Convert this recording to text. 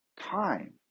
time